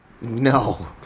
No